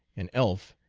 an elf,